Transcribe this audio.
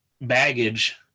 baggage